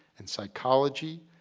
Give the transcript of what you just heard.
in psychology,